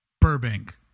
Burbank